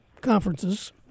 conferences